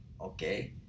Okay